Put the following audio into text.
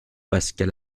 pascal